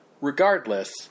Regardless